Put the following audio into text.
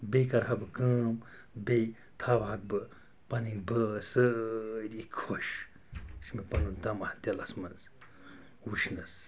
بیٚیہِ کَرٕ ہا بہٕ کٲم بیٚیہِ تھاوٕ ہاکھ بہٕ پَنٕنۍ بٲژ سٲری خۄش یہِ چھُ مےٚ پَنُن طمع دِلَس منٛز وُچھنَس